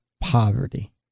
poverty